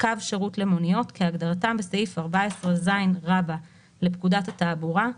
"קו שירות למוניות" כהגדרתם בסעיף 14ז לפקודת התעבורה,